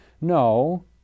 No